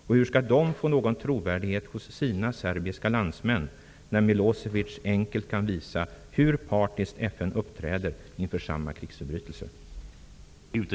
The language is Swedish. Och hur skall de få någon trovärdighet hos sina serbiska landsmän, när Milosevic enkelt kan visa hur partiskt FN uppträder inför samma krigsförbrytelser?